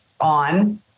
on